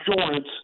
insurance